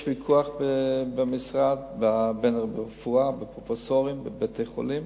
יש ויכוח ברפואה, פרופסורים, בתי-חולים.